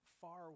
far